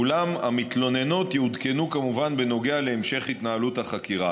אולם המתלוננות יעודכנו כמובן בנוגע להמשך התנהלות החקירה.